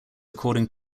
according